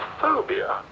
phobia